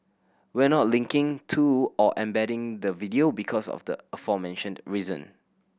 we're not linking to or embedding the video because of the aforementioned reason